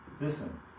Listen